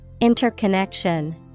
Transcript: Interconnection